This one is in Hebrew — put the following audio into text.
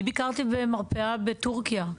אני ביקרתי במרפאה בטורקיה,